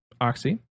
oxy